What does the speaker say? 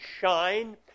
shine